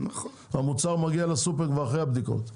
המוצר מגיע לסופר כבר אחרי הבדיקות.